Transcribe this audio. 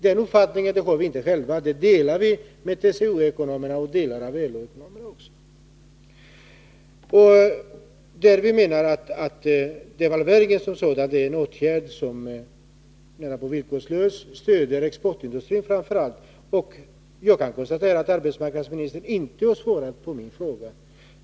Denna uppfattning har vi inte bara själva, utan den delar vi med TCO-ekonomerna och även vissa av LO-ekonomerna. Vi menar att devalveringen som sådan är en åtgärd som närapå villkorslöst stöder framför allt exportindustrin. Jag konstaterar att arbetsmarknadsministern inte har svarat på min fråga.